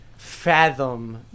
Fathom